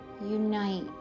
unite